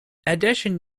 addition